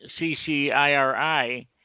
CCIRI